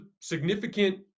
significant